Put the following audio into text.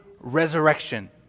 resurrection